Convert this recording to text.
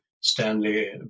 Stanley